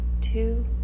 two